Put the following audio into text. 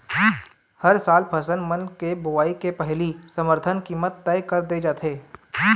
हर साल फसल मन के बोवई के पहिली समरथन कीमत तय कर दे जाथे